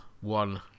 one